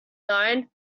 nine